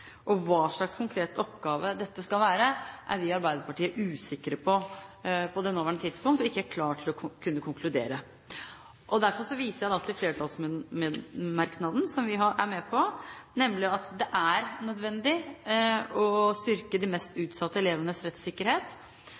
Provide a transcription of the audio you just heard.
og hva slags konkret oppgave dette skal være, er vi i Arbeiderpartiet usikre på på det nåværende tidspunkt, og vi er ikke klare til å konkludere. Derfor viser jeg til flertallsmerknaden som vi er med på, nemlig at det er nødvendig å styrke de mest utsatte elevenes rettssikkerhet,